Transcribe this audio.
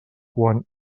quan